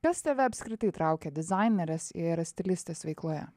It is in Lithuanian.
kas tave apskritai traukia dizainerės ir stilistės veikloje